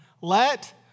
Let